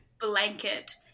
blanket